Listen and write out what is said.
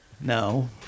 No